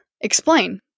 explain